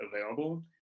available